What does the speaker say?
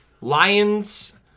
Lions